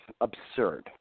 absurd